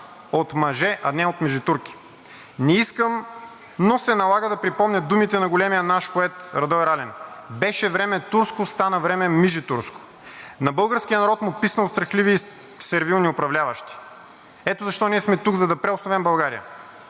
от мъже, а не от мижитурки. Не искам, но се налага да припомня думите на големия наш поет Радой Ралин: „Беше време турско, стана време мижитурско!“ На българския народ му писна от страхливи и сервилни управляващи. Ето защо ние сме тук, за да преосновем България,